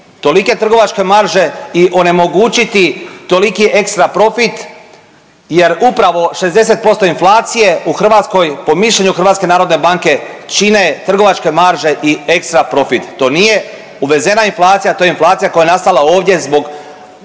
tolike trgovačke marže i onemogućiti toliki ekstra profit jer upravo 60% inflacije u Hrvatskoj po mišljenju HNB-a čine trgovačke marže i ekstra profit. To nije uvezena inflacija, to je inflacija koja je nastala ovdje zbog